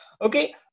Okay